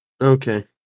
Okay